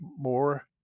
more